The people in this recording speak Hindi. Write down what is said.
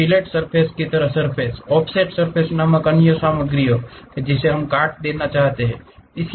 फ़िले सर्फ़ेस की तरह सर्फ़ेस ऑफसेट सर्फ़ेस नाम की इन सामग्रियों को काट देने जैसा कुछ